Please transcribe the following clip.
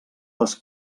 les